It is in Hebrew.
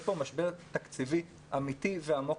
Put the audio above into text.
יש פה משבר תקציבי אמיתי ועמוק.